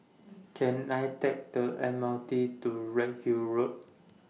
Can I Take The M R T to Redhill Road